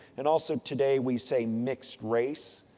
and also today we say mixed race,